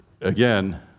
again